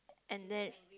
and there it